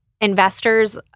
investors